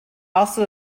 also